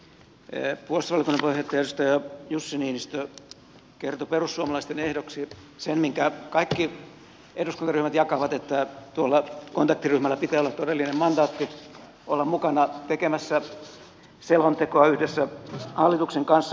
puolustusvaliokunnan puheenjohtaja edustaja jussi niinistö kertoi perussuomalaisten ehdoksi sen minkä kaikki eduskuntaryhmät jakavat että tuolla kontaktiryhmällä pitää olla todellinen mandaatti olla mukana tekemässä selontekoa yhdessä hallituksen kanssa